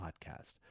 podcast